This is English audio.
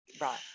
Right